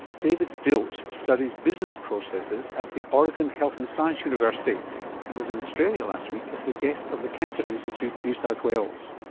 david dilts studies business processes at the oregon health and science university and was in australia last week as the guest of the cancer institute new south wales.